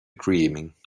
dreaming